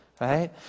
right